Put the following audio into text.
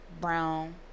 brown